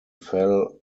fell